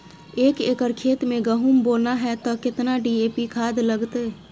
एक एकर खेत मे गहुम बोना है त केतना डी.ए.पी खाद लगतै?